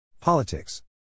politics